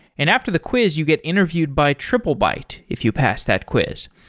and after the quiz you get interviewed by triplebyte if you pass that quiz.